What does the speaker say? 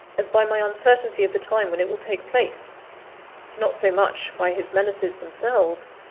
as by my uncertainty of the time when it will take place not so much by his menaces themselves,